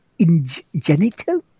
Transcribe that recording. Ingenito